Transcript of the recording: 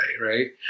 right